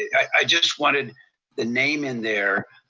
i just wanted the name in there,